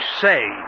say